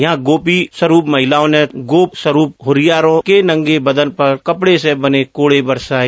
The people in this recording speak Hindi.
यहाँ गोपी स्वरूप महिलाओं ने गोप स्वरूप हुरियारों के नंगे बदन पर कपड़े से बने कोड़े बरसाए